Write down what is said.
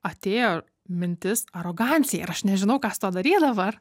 atėjo mintis arogancija ir aš nežinau ką su tuo daryt dabar